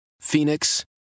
Phoenix